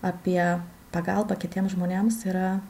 apie pagalbą kitiem žmonėms yra